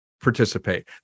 participate